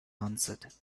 answered